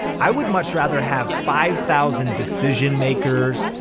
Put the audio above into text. i would much rather have five thousand decision makers,